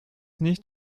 nicht